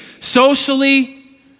socially